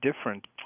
different